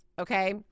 okay